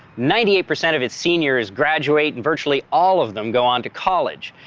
ninety-eight percent of its seniors graduate, and virtually all of them go on to college.